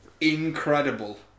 incredible